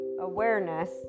awareness